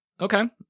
Okay